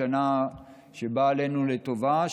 השנה שבאה עלינו לטובה,